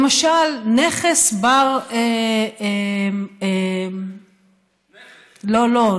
למשל, נכס, לא, לא.